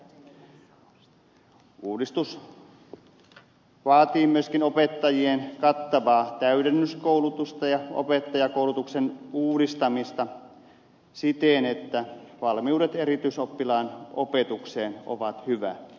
uudistus vaatii myöskin opettajien kattavaa täydennyskoulutusta ja opettajankoulutuksen uudistamista siten että valmiudet erityisoppilaan opetukseen ovat hyvät